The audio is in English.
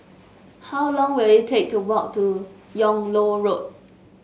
how long will it take to walk to Yung Loh Road